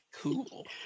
Cool